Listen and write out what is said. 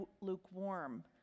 lukewarm